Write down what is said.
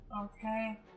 Okay